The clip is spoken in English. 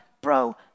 bro